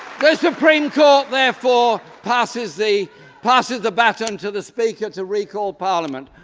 supreme court therefore, passes the passes the baton to the speaker to recall parliament.